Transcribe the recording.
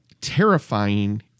terrifying